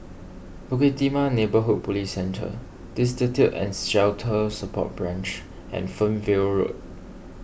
Bukit Timah Neighbourhood Police Centre Destitute and Shelter Support Branch and Fernvale Road